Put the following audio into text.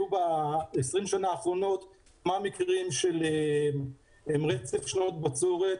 אנחנו רואים שהיו ב-20 שנה האחרונות כמה מקרים של רצף שנות בצורת,